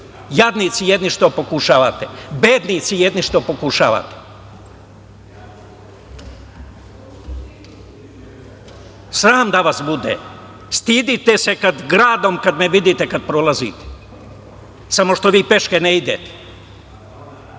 Jadnici jedni, što pokušavate, bednici jedni, što pokušavate, sram da vas bude! Stidite se gradom kada me vidite kada prolazite, samo što vi peške ne